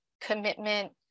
commitment